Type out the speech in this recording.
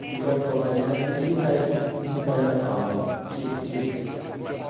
جی okay okay میں اسی side اسی سائڈ میں کھڑا ہوا ہوں ٹھیک ٹھیک ہے